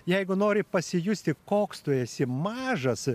jeigu nori pasijusti koks tu esi mažas